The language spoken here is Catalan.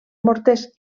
morters